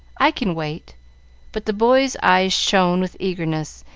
i can wait but the boy's eyes shone with eagerness,